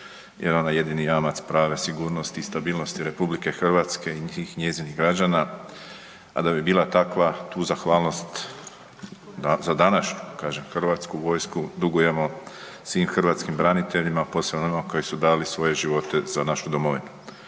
jer ona je jedini jamac prave sigurnosti i stabilnosti Republike Hrvatske i svih njezinih građana. A da bi bila takva tu zahvalnost za današnju kažem Hrvatsku vojsku dugujemo svim hrvatskim braniteljima, posebno onima koji su dali svoje živote za našu domovinu.